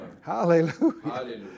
Hallelujah